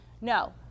no